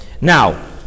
Now